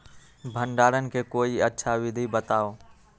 भंडारण के कोई अच्छा विधि बताउ?